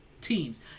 teams